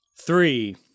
Three